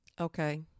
Okay